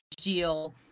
deal